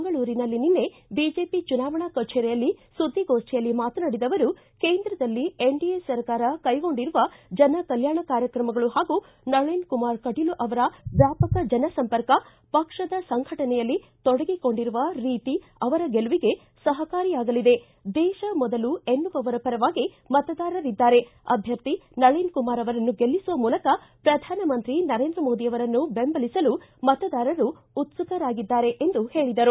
ಮಂಗಳೂರಿನಲ್ಲಿ ನಿನ್ನೆ ಬಿಜೆಪಿ ಚುನಾವಣಾ ಕಚೇರಿಯಲ್ಲಿ ಸುದ್ದಿಗೋಷ್ಠಿಯಲ್ಲಿ ಮಾತನಾಡಿದ ಅವರು ಕೇಂದ್ರದಲ್ಲಿ ಎನ್ಡಿಎ ಸರ್ಕಾರ ಕೈಗೊಂಡಿರುವ ಜನ ಕಲ್ಡಾಣ ಕಾರ್ಯಕ್ರಮಗಳು ಹಾಗೂ ನಳಿನ್ಕುಮಾರ್ ಕಟೀಲು ಅವರ ವ್ಯಾಪಕ ಜನ ಸಂಪರ್ಕ ಪಕ್ಷದ ಸಂಘಟನೆಯಲ್ಲಿ ತೊಡಗಿಕೊಂಡಿರುವ ರೀತಿ ಅವರ ಗೆಲುವಿಗೆ ಸಹಕಾರಿಯಾಗಲಿದೆ ದೇಶ ಮೊದಲು ಎನ್ನುವವರ ಪರವಾಗಿ ಮತದಾರರಿದ್ದಾರೆ ಅಭ್ಯರ್ಥಿ ನಳನ್ಕುಮಾರ್ ಅವರನ್ನು ಗೆಲ್ಲಿಸುವ ಮೂಲಕ ಪ್ರಧಾನಮಂತ್ರಿ ನರೇಂದ್ರ ಮೋದಿಯವರನ್ನು ಬೆಂಬಲಿಸಲು ಮತದಾರರು ಉತ್ಸುಕರಾಗಿದ್ದಾರೆ ಎಂದು ಹೇಳಿದರು